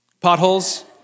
Potholes